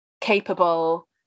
capable